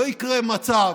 לא יקרה מצב,